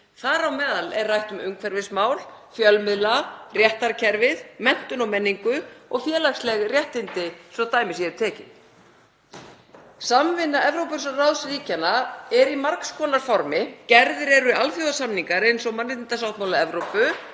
þar á meðal er rætt um umhverfismál, fjölmiðla, réttarkerfið, menntun og menningu og félagsleg réttindi, svo dæmi séu tekin. Samvinna Evrópuráðsríkjanna er í margs konar formi. Gerðir eru alþjóðasamningar eins og mannréttindasáttmáli Evrópu